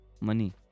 Money